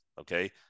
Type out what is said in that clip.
Okay